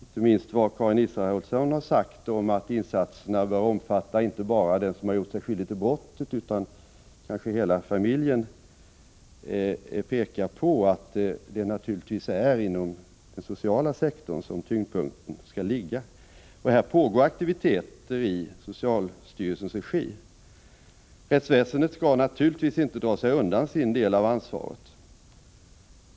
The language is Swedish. Inte minst det som Karin Israelsson sade, att insatserna bör omfatta inte bara den som gjort sig skyldig till brottet utan kanske hela familjen, pekar på att det naturligtvis är inom den sociala sektorn som tyngdpunkten skall ligga. Här pågår aktiviteter i socialstyrelsens regi. Rättsväsendet skall naturligtvis inte dra sig undan sin del av ansvaret.